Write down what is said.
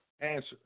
Answer